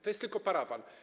To jest tylko parawan.